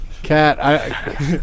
Cat